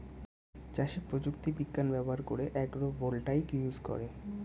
চাষে প্রযুক্তি বিজ্ঞান ব্যবহার করে আগ্রো ভোল্টাইক ইউজ করে